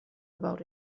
about